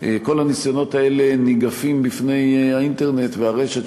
כל הניסיונות האלה ניגפים בפני האינטרנט והרשת,